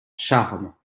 charmes